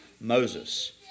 Moses